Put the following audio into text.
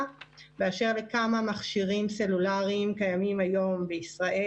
באשר לכמה מכשירים סלולריים קיימים היום בישראל,